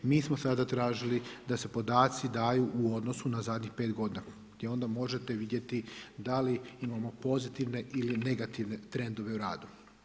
Mi smo sada tražili da se podaci daju u odnosu na zadnjih 5 godina, gdje onda možete vidjeti da li imamo pozitivne ili negativne trendove u radu.